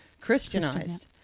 Christianized